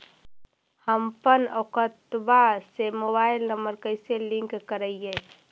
हमपन अकौउतवा से मोबाईल नंबर कैसे लिंक करैइय?